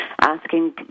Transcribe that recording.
asking